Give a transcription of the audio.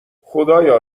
خدایا